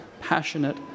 passionate